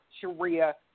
Sharia